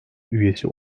üyesi